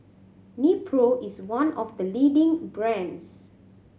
Nepro is one of the leading brands